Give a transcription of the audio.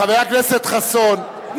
חבר הכנסת חסון,